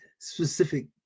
specific